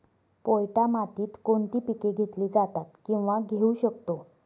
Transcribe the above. पोयटा मातीत कोणती पिके घेतली जातात, किंवा घेऊ शकतो?